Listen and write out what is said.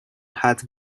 had